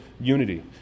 unity